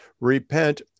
repent